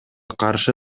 каршы